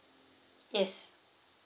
yes